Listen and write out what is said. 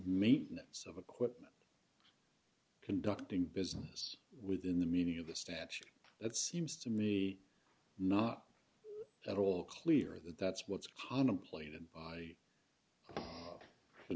maintenance of equipment conducting business within the meaning of the statute that seems to me not at all clear that that's what's contemplated by